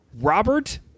Robert